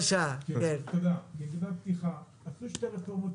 ככה שכל מי